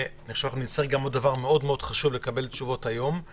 נצטרך לקבל תשובות היום על עוד משהו מאוד חשוב.